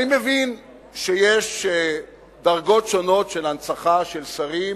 אני מבין שיש דרגות שונות של הנצחה של שרים